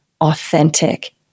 authentic